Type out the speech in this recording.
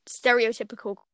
stereotypical